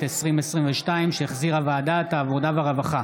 התשפ"ב 2022, שהחזירה ועדת העבודה והרווחה.